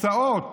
התוצאות